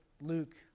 Luke